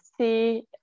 see